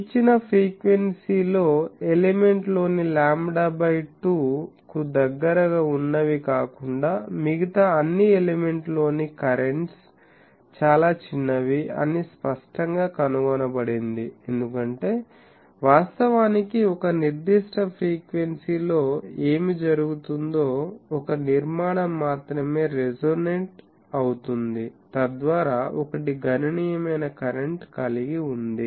ఇచ్చిన ఫ్రీక్వెన్సీలోఎలిమెంట్ లోని లాంబ్డా బై 2 కు దగ్గరగా ఉన్నవి కాకుండా మిగతా అన్ని ఎలిమెంట్ లోని కరెంట్స్ చాలా చిన్నవి అని స్పష్టంగా కనుగొనబడింది ఎందుకంటే వాస్తవానికి ఒక నిర్దిష్ట ఫ్రీక్వెన్సీలో ఏమి జరుగుతుందో ఒక నిర్మాణం మాత్రమే రెసొనెట్ అవుతుంది తద్వారా ఒకటి గణనీయమైన కరెంట్ కలిగి ఉంది